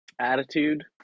Attitude